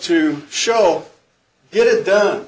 to show it is done